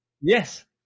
yes